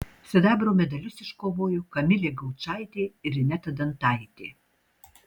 sidabro medalius iškovojo kamilė gaučaitė ir ineta dantaitė